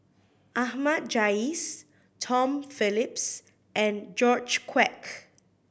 Ahmad Jais Tom Phillips and George Quek